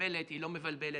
מבלבלת או לא מבלבלת.